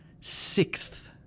Sixth